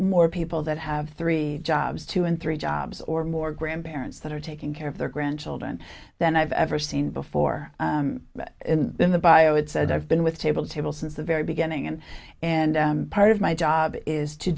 more people that have three jobs two and three jobs or more grandparents that are taking care of their grandchildren than i've ever seen before in the bio it said i've been with table table since the very beginning and and part of my job is to